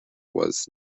was